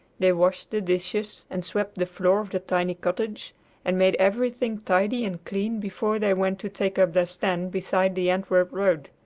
they washed the dishes and swept the floor of the tiny cottage and made everything tidy and clean before they went to take up their stand beside the antwerp road.